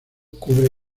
cubre